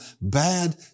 bad